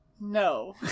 No